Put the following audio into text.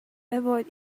avoid